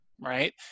right